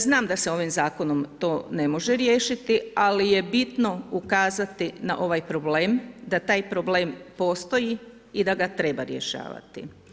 Znam da se ovim zakonom to ne može riješiti ali je bitno ukazati na ovaj problem, da taj problem postoji i da ga treba rješavati.